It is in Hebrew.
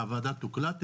הוועדה תוקלט,